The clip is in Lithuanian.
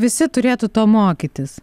visi turėtų to mokytis